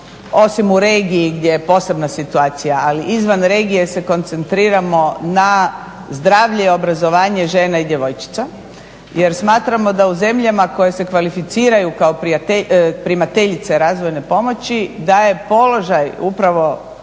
osim u regiji gdje je posebna situacija, ali izvan regije se koncentriramo na zdravlje i obrazovanje žena i djevojčica jer smatramo da u zemljama koje se kvalificiraju kao primateljice razvojne pomoći, da je položaj upravo